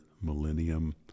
Millennium